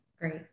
Great